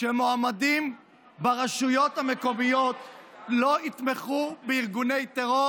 שמועמדים ברשויות המקומיות לא יתמכו בארגוני טרור